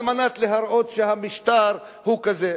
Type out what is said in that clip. כדי להראות שהמשטר הוא כזה.